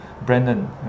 Brandon